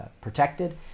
protected